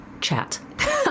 chat